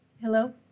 Hello